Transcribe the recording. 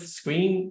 screen